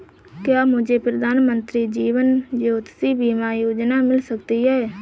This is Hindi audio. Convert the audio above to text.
क्या मुझे प्रधानमंत्री जीवन ज्योति बीमा योजना मिल सकती है?